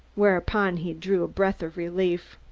whereupon he drew breath of relief.